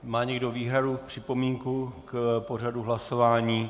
Má někdo výhradu, připomínku k pořadu hlasování?